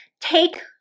take